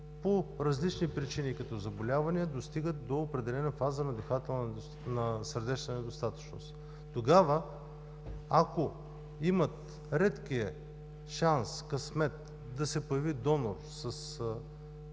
по различни причини като заболявания, достигат до определена фаза на сърдечна недостатъчност. Тогава, ако имат редкия шанс, късмет да се появи донор,